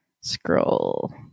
Scroll